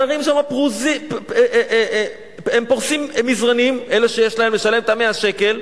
הם פורסים מזרנים, אלה שיש להם לשלם את ה-100 שקל.